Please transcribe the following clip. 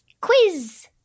quiz